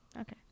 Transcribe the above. Okay